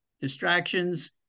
distractions